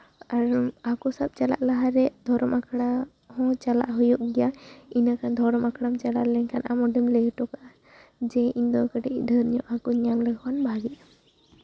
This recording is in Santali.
ᱟᱨ ᱦᱟᱹᱠᱩ ᱥᱟᱵ ᱪᱟᱞᱟᱜ ᱞᱟᱦᱟᱨᱮ ᱫᱷᱚᱨᱚᱢ ᱟᱠᱷᱲᱟ ᱦᱚᱸ ᱪᱟᱞᱟᱜ ᱦᱩᱭᱩᱜ ᱜᱮᱭᱟ ᱤᱱᱟᱹᱠᱷᱟᱱ ᱫᱷᱚᱨᱚᱢ ᱟᱠᱷᱲᱟᱢ ᱪᱟᱞᱟᱣ ᱞᱮᱱᱠᱷᱟᱱ ᱟᱢ ᱚᱸᱰᱮᱢ ᱞᱟᱹᱭ ᱦᱚᱴᱚ ᱠᱟᱜᱼᱟ ᱡᱮ ᱤᱧᱫᱚ ᱠᱟᱹᱴᱤᱡ ᱰᱷᱮᱨ ᱧᱚᱜ ᱦᱟᱹᱠᱩᱧ ᱧᱟᱢ ᱞᱮᱠᱚ ᱠᱷᱟᱱ ᱵᱷᱟᱹᱜᱮᱜᱼᱟ